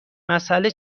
مسئله